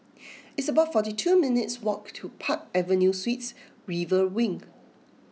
it's about forty two minutes' walk to Park Avenue Suites River Wing